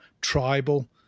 tribal